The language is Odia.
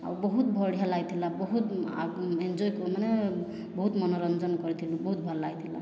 ଆଉ ବହୁତ ବଢ଼ିଆ ଲାଗିଥିଲା ବହୁତ ଆଉ ଏଞ୍ଜୟକୁ ମାନେ ବହୁତ ମନୋରଞ୍ଜନ କରିଥିଲୁ ବହୁତ ଭଲ ଲାଗିଥିଲା